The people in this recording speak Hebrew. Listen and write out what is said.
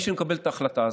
אני נותן לך תשובה על השאלה.